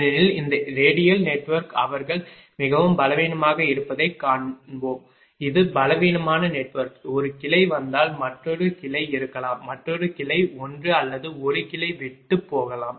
ஏனெனில் இந்த radial network அவர்கள் மிகவும் பலவீனமாக இருப்பதைக் காண்போம் இது பலவீனமான நெட்வொர்க் ஒரு கிளை வந்தால் மற்றொரு கிளை இருக்கலாம் மற்றொரு கிளை ஒன்று அல்லது 1 கிளை விட்டு போகலாம்